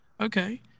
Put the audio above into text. okay